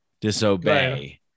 disobey